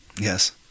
Yes